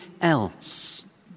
else